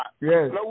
Yes